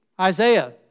Isaiah